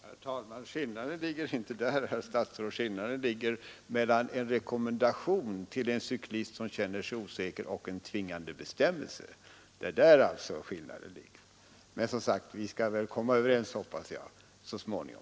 Herr talman! Skillnaden ligger inte där, herr statsråd, utan mellan å ena sidan en rekommendation till en cyklist som känner sig osäker, och å andra sidan en tvingande bestämmelse. Men, som sagt, jag hoppas att vi skall komma överens så småningom.